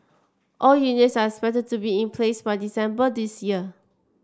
all units are expected to be in place by December this year